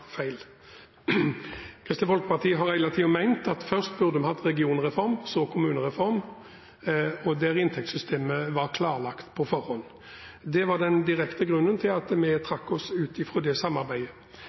feil. Kristelig Folkeparti har hele tiden ment at først burde vi hatt en regionreform og så en kommunereform, der inntektssystemet var klarlagt på forhånd. Det var den direkte grunnen til at vi